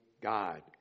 God